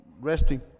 resting